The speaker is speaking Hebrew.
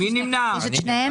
מי נמנע?